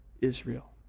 Israel